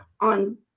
on